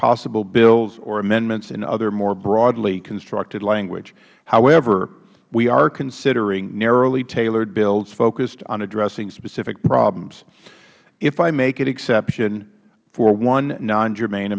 possible bills or amendments in other more broadly constructed language however we are considering narrowly tailored bills focused on addressing specific problems if i make an exception for one non germane